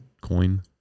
coin